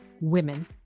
women